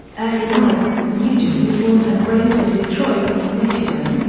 early life nugent was born and raised in detroit, michigan,